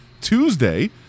Tuesday